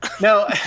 No